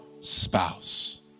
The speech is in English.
spouse